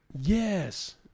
yes